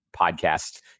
podcast